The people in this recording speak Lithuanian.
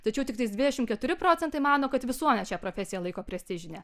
tačiau tiktai dvidešimt keturi procentai mano kad visuomenė šią profesiją laiko prestižine